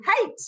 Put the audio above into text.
hate